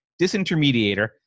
disintermediator